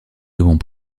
devons